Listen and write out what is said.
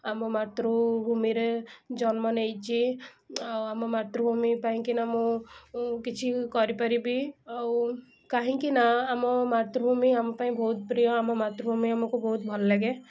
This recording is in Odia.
ଆମ ମାତୃଭୂମି ରେ ଜନ୍ମ ନେଇଛି ଆମ ମାତୃଭୂମି ପାଇଁ କି ନା ମୁଁ କିଛି କରିପାରିବି କାହିଁକିନା ଆମ ମାତୃଭୂମି ଆମପାଇଁ ବହୁତ ଆମ କୁ ପ୍ରିୟ ଆମକୁ ବହୁତ ଭଲଲାଗେ